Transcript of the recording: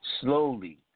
slowly